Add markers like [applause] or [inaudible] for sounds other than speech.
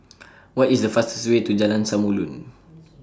[noise] What IS The fastest Way to Jalan Samulun [noise]